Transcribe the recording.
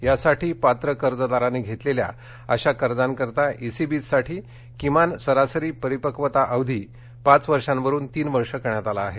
यासाठी पात्र कर्जदारांनी घेतलेल्या अशा कर्जांसाठी ईसीबीज करिता किमान सरासरी परिपक्वता अवधी पाच वर्षांवरुन तीन वर्षे करण्यात आला आहे